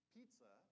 Pizza